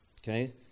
okay